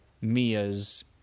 Mia's